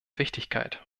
wichtigkeit